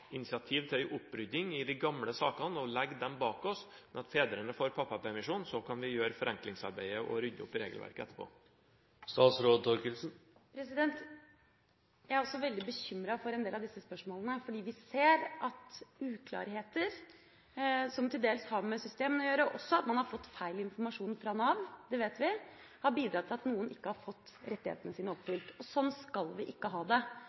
initiativ til en opprydning i de gamle sakene og legge dem bak seg, slik at fedrene får pappapermisjon, og så kan vi gjøre forenklingsarbeidet og rydde opp i regelverket etterpå? Jeg er også veldig bekymra for en del av disse spørsmålene fordi vi ser at uklarheter som til dels har med systemene å gjøre, og også at man har fått feil informasjon fra Nav, det vet vi, har bidratt til at noen ikke har fått rettighetene sine oppfylt. Sånn skal vi ikke ha det.